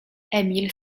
emil